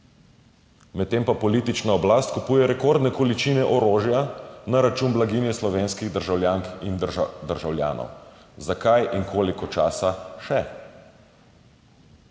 Medtem pa politična oblast kupuje rekordne količine orožja na račun blaginje slovenskih državljank in državljanov. Zakaj in koliko časa še?